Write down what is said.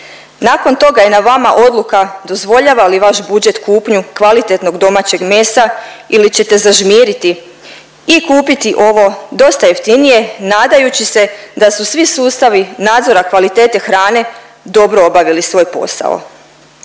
Nakon toga je na vama odluka dozvoljava li vaš budžet kupnju kvalitetnog domaćeg mesa ili ćete zažmiriti i kupiti ovo dosta jeftinije nadajući se da su svi sustavi nadzora kvalitete hrane dobro obavili svoj posao.